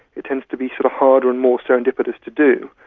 it tends to be sort of harder and more serendipitous to do.